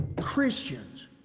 Christians